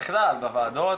בכלל בוועדות,